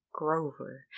Grover